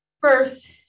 first